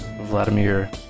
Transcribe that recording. Vladimir